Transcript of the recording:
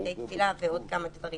בתי תפילה ועוד כמה דברים.